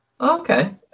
Okay